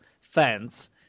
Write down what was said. fans